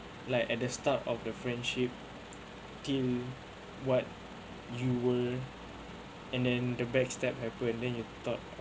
like at the start of the friendship think what you were and then the backstab happen then you thought